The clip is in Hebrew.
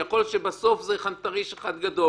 שזה חנטריש.